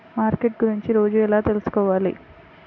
Market గురించి రోజు ఎలా తెలుసుకోవాలి?